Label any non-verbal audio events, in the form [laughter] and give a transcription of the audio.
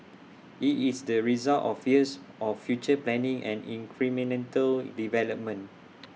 IT is the result of years of future planning and [unintelligible] development